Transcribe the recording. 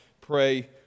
pray